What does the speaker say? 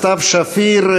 סתיו שפיר,